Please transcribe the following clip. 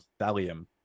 Thallium